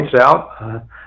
out